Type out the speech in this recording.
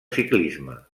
ciclisme